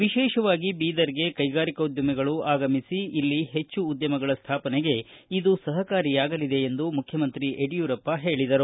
ವಿಶೇಷವಾಗಿ ಬೀದರ್ಗೆ ಕೈಗಾರಿಕೋದ್ಯಮಿಗಳು ಆಗಮಿಸಿ ಇಲ್ಲಿ ಹೆಚ್ಚು ಉದ್ಯಮಗಳ ಸ್ಯಾಪನೆಗೆ ಇದು ಸಹಾಯಕಾರಿಯಾಗಲಿದೆ ಎಂದು ಮುಖ್ಯಮಂತ್ರಿ ಹೇಳಿದರು